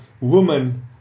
woman